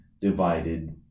divided